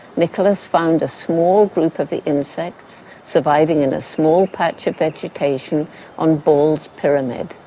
nicholas found a small group of the insects surviving in a small patch of vegetation on ball's pyramid.